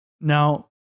Now